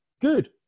good